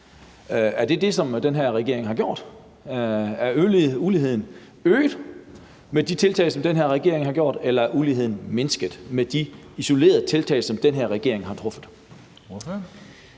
Er det det, som den her regering har gjort? Er uligheden øget med de tiltag, som den her regering har taget, eller er uligheden mindsket med de isolerede tiltag, som den her regering har taget?